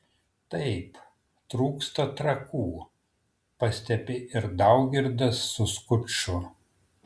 taip trūksta trakų pastebi ir daugirdas su skuču